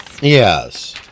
Yes